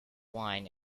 wine